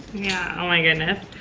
yeah, oh my goodness,